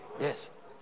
Yes